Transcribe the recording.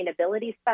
sustainability